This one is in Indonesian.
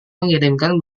mengirimkan